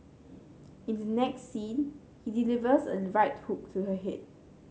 in the next scene he delivers a right hook to her head